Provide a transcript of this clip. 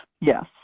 yes